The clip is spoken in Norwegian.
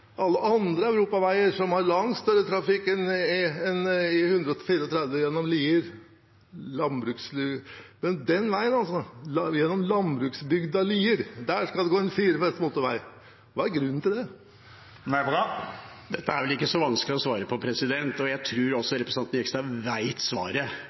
alle andre europaveier som har langt større trafikk enn E134 gjennom Lier. Men der, altså gjennom landbruksbygda Lier, skal det gå en firefelts motorvei. Kva er grunnen til det? Dette er det vel ikke vanskelig å svare på. Jeg tror representanten Jegstad også vet svaret.